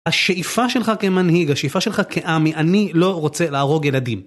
השאיפה שלך כמנהיג, השאיפה שלך כעם היא אני לא רוצה להרוג ילדים.